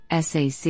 SAC